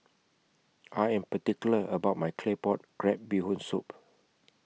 I Am particular about My Claypot Crab Bee Hoon Soup